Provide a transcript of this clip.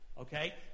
okay